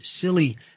silly